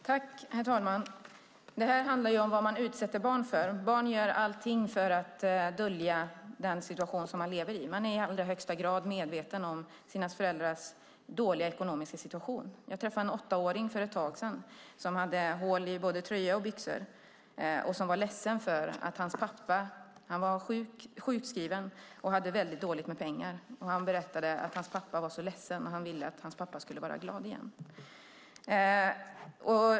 Herr talman! Det här handlar om vad man utsätter barn för. Som barn gör man allting för att dölja den situation man lever i. Man är i allra högsta grad medveten om sina föräldrars dåliga ekonomiska situation. Jag träffade en åttaåring för ett tag sedan som hade hål i både tröja och byxor och var ledsen för att hans pappa var sjukskriven och hade väldigt dåligt med pengar. Han berättade att hans pappa var så ledsen och ville att han skulle vara glad igen.